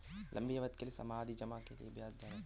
लंबी अवधि के सावधि जमा के लिए ब्याज दर क्या है?